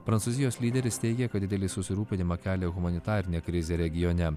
prancūzijos lyderis teigia kad didelį susirūpinimą kelia humanitarinė krizė regione